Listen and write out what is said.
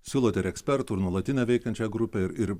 siūlot ir ekspertų ir nuolatinę veikiančiąją grupę ir